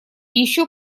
ещё